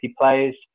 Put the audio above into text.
players